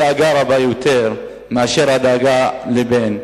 שאין דאגה רבה יותר מאשר הדאגה לבן.